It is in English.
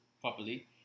properly